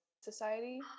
Society